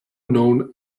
known